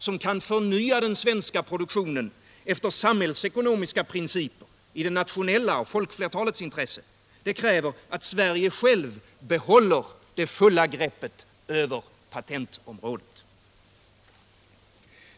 som kan förnya svensk produktion efter samhällsekonomiska principer i det nationella intresset, folkflertalets intresse, att Sverige självt behåller greppet över patentområdet.